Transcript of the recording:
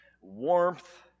warmth